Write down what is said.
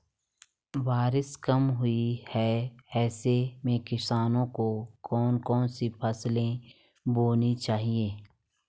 बारिश कम हुई है ऐसे में किसानों को कौन कौन सी फसलें बोनी चाहिए?